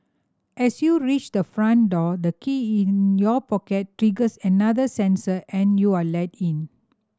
as you reach the front door the key in your pocket triggers another sensor and you are let in